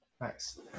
Nice